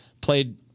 Played